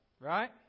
Right